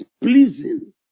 pleasing